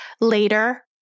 later